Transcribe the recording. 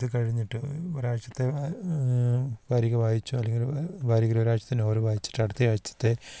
ഇത് കഴിഞ്ഞിട്ട് ഒരാഴ്ചത്തെ വാരിക വായിച്ചു അല്ലെങ്കിൽ വാരികയിൽ ഒരാഴ്ചത്തെ നോവല് വായിച്ചിട്ട് അടുത്ത ആഴ്ചത്തെ